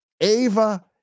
Ava